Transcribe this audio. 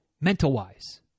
mental-wise